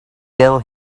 tell